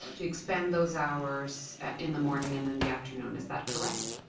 to expand those hours in the morning and in the afternoon is that correct?